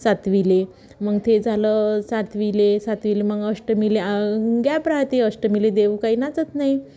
सातविले मग थे झालं सातवीले सातवीले मग अष्टममीले गॅप राहते अष्टममीले देव काही नाचत नाई